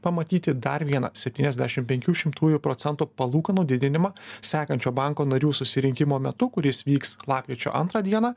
pamatyti dar vieną septyniasdešim penkių šimtųjų procentų palūkanų didinimą sekančio banko narių susirinkimo metu kuris vyks lapkričio antrą dieną